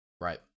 Right